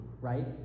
right